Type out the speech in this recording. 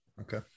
Okay